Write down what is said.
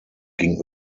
ging